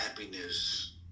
happiness